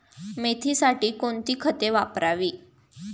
मेथीसाठी कोणती खते वापरावी?